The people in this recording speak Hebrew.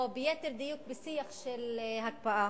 או ליתר דיוק בשיח של הקפאה,